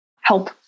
help